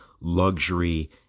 luxury